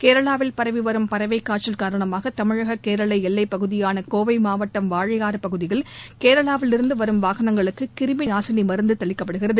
கேரளாவில் பரவிவரும் பறவை காய்ச்சல் காரணமாக தமிழக கேரள எல்வைப் பகுதியான கோவை மாவட்டம் வாழையாறு பகுதியில் கேரளாவிலிருந்து வரும் வாகனங்களுக்கு கிருமினி நாசினி மருந்து தெளிக்கப்படுகிறது